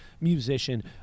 musician